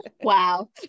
Wow